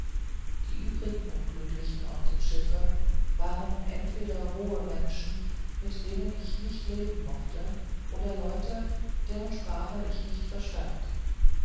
die übrigen unglücklichen auf dem schiffe waren entweder rohe menschen mit denen ich nicht leben mochte oder leute deren sprache ich nicht verstand